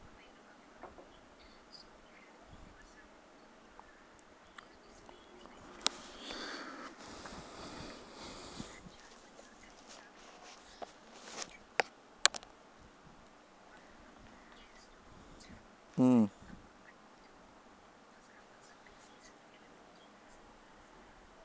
mm